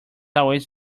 always